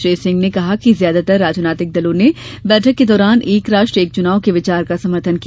श्री सिंह ने कहा कि ज्यादातर राजनीतिक दलों ने बैठक के दौरान एक राष्ट्र एक चुनाव के विचार का समर्थन किया